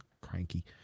cranky